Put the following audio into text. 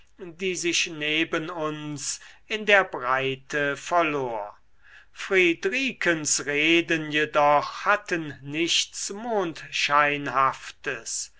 die sich neben uns in der breite verlor friedrikens reden jedoch hatten nichts